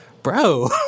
Bro